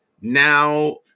now